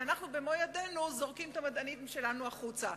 כשאנחנו במו ידינו זורקים את המדענים שלנו החוצה.